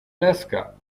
lasker